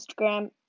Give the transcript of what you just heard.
Instagram